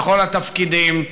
בכל התפקידים,